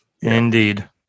Indeed